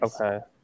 Okay